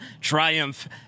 Triumph